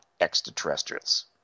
extraterrestrials